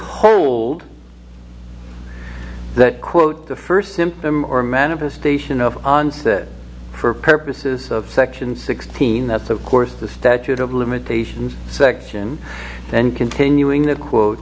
hold that quote the first symptom or manifestation of that for purposes of section sixteen that's of course the statute of limitations section then continuing the quote